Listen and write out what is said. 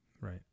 right